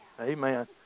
Amen